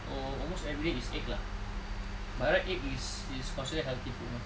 oh almost everyday is egg lah by right egg is is considered healthy food mah